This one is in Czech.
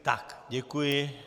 Tak, děkuji.